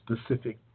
specific